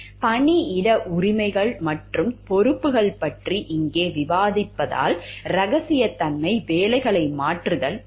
பணியிட உரிமைகள் மற்றும் பொறுப்புகள் பற்றி இங்கு விவாதிப்பதால் இரகசியத்தன்மை வேலைகளை மாற்றுதல் போன்றவற்றை மதிப்பாய்வு செய்வோம்